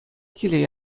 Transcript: киле